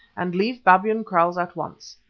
and leave babyan kraals at once.